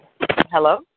Hello